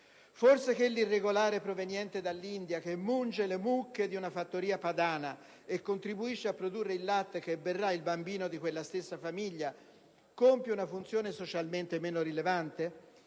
Forse che l'irregolare proveniente dall'India, che munge le mucche di una fattoria padana e contribuisce a produrre il latte che berrà il bambino di quella stessa famiglia, compie una funzione socialmente meno rilevante?